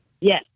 Yes